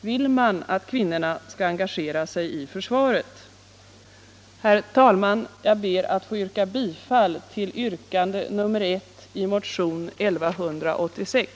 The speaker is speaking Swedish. Vill man att kvinnorna skall engagera sig i försvaret? Herr talman! Jag ber att få yrka bifall till yrkande nr 1 i motionen 1186.